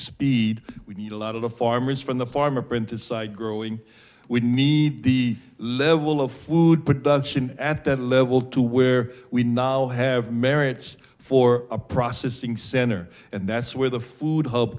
speed we need a lot of farmers from the farmer printed side growing we need the level of food production at that level to where we now have merits for a processing center and that's where the food h